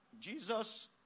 Jesus